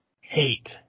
hate